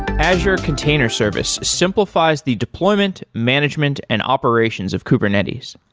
azure container service simplifies the deployment, management and operations of kubernetes.